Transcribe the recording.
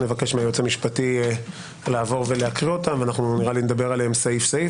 אבקש מהיועץ המשפטי להקריא אותם ונדבר עליהם סעי-סעיף